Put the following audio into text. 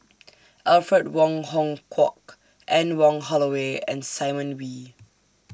Alfred Wong Hong Kwok Anne Wong Holloway and Simon Wee